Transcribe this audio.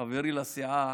חברי לסיעה